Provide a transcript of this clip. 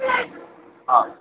હ